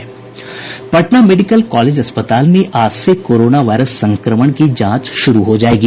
Patna medical college अस्पताल में आज से कोरोना वायरस संक्रमण की जांच शुरू हो जायेगी